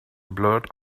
blurt